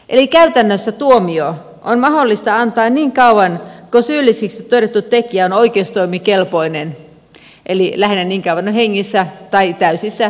eli käytännössä tuomio on mahdollista antaa niin kauan kuin syylliseksi todettu tekijä on oikeustoimikelpoinen eli lähinnä niin kauan kuin on hengissä tai täysissä järjen voimissa